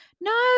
no